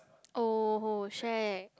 oh shag